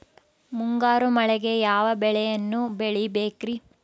ಮುಂಗಾರು ಮಳೆಗೆ ಯಾವ ಬೆಳೆಯನ್ನು ಬೆಳಿಬೇಕ್ರಿ?